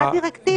מה דירקטיבה?